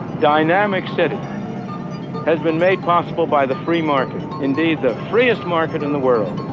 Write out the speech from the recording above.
dynamic city has been made possible by the free market, indeed, the freest market in the world.